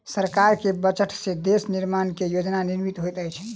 सरकार के बजट से देश निर्माण के योजना निर्मित होइत अछि